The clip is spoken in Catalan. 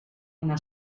una